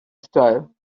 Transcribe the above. style